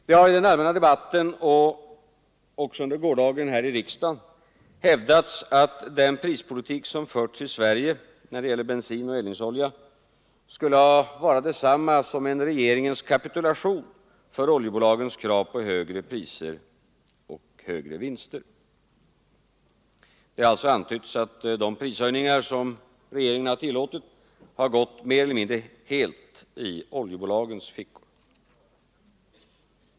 Det har i den allmänna debatten och under gårdagen även här i riksdagen hävdats att den prispolitik som förs i Sverige när det gäller bensin och eldningsolja skulle ha varit detsamma som en regeringens kapitulation för oljebolagens krav på högre priser och högre vinster. Det har alltså antytts att de prishöjningar som regeringen har tillåtit gått mer eller mindre helt i oljebolagens fickor.